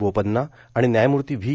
बोपन्ना आणि न्यायमूर्ती व्ही